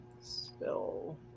spell